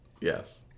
Yes